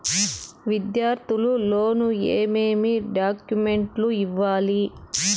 విద్యార్థులు లోను ఏమేమి డాక్యుమెంట్లు ఇవ్వాలి?